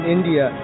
India